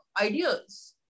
ideas